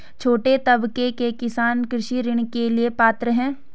छोटे तबके के किसान कृषि ऋण के लिए पात्र हैं?